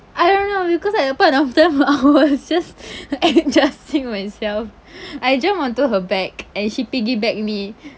I don't know because like a part of them I was just adjusting myself I jump onto her back and she piggyback me